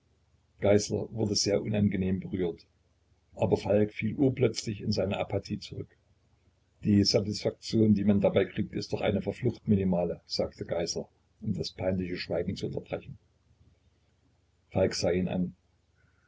geißler wurde sehr unangenehm berührt aber falk fiel urplötzlich in seine apathie zurück die satisfaktion die man dabei kriegt ist doch eine verflucht minimale sagte geißler um das peinliche schweigen zu unterbrechen falk sah ihn an